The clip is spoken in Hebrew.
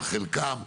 על חלקם,